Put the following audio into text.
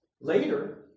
later